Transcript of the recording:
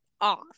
off